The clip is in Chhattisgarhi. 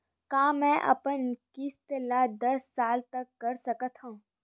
का मैं अपन किस्त ला दस साल तक कर सकत हव?